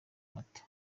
amata